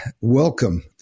welcome